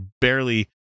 barely